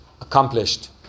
Accomplished